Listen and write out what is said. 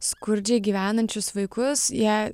skurdžiai gyvenančius vaikus jie